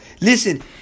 Listen